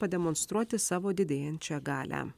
pademonstruoti savo didėjančią galią